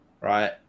right